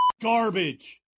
garbage